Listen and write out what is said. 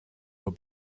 were